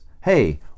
Hey